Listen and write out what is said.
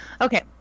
Okay